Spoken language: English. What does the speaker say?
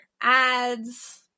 ads